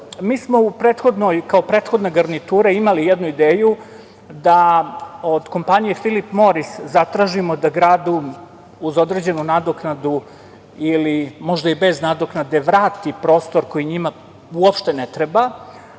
smo u prethodnoj, kao prethodna garnitura imali jednu ideju da od kompanije „Filip Moris“ zatražimo da gradu uz određenu nadoknadu ili možda i bez nadoknade vrati prostor koji njima uopšte ne treba,